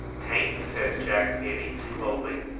taint, said jack penny slowly.